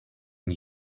new